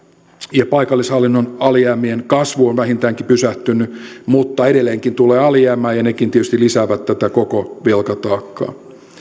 ja paikallishallinnon alijäämien kasvu on vähintäänkin pysähtynyt mutta edelleenkin tulee alijäämää ja sekin tietysti lisää tätä koko velkataakkaa